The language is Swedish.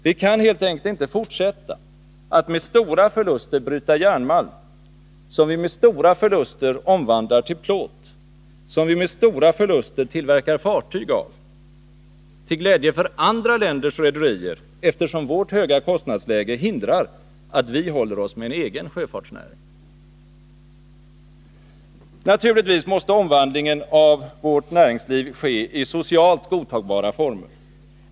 Vi kan helt enkelt inte fortsätta att med stora förluster bryta järnmalm, som vi med stora förluster omvandlar till plåt, som vi med stora förluster tillverkar fartyg av — till glädje för andra länders rederier, eftersom vårt höga kostnadsläge hindrar att vi håller oss med en egen sjöfartsnäring. Naturligtvis måste omvandlingen av vårt näringsliv ske i socialt godtagbara former.